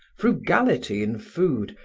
frugality in food,